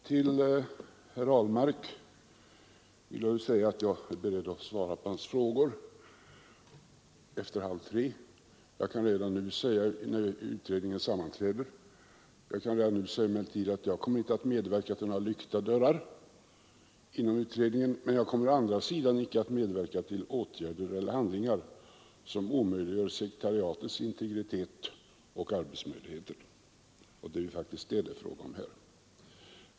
Till herr Ahlmark vill jag säga att jag är beredd att svara på hans frågor efter klockan halv tre, när utredningen sammanträder. Jag kan emellertid redan nu förklara att jag inte kommer att medverka till att utredningsarbetet utförs bakom några lyckta dörrar. Å andra sidan kommer jag inte att medverka till åtgärder som omöjliggör sekretariatets integritet och arbetsmöjligheter. Det är faktiskt detta det är fråga om här.